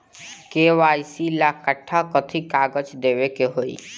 KYC ला कट्ठा कथी कागज देवे के होई?